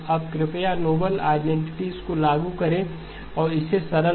अब कृपया noble identities को लागू करें और इसे सरल बनाएं